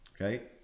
okay